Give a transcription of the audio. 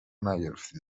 نگرفتی